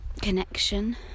connection